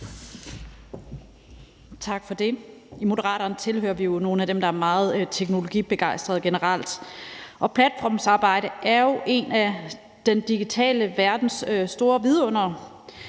Tak for det. I Moderaterne tilhører vi nogle af dem, der generelt er meget teknologibegejstrede, og platformsarbejde er jo en af den digitale verdens store vidundere.